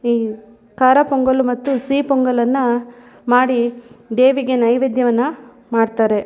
ಈ ಖಾರ ಪೊಂಗಲ್ಲು ಮತ್ತು ಸಿಹಿ ಪೊಂಗಲ್ಲನ್ನು ಮಾಡಿ ದೇವಿಗೆ ನೈವೇದ್ಯವನ್ನು ಮಾಡ್ತಾರೆ